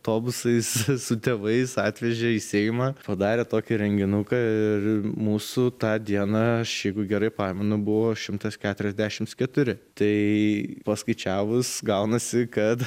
autobusais su tėvais atvežė į seimą padarė tokį renginuką ir mūsų tą dieną aš jeigu gerai pamenu buvo šimtas keturiasdešims keturi tai paskaičiavus gaunasi kad